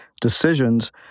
decisions